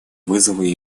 вызовы